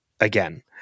again